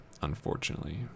Unfortunately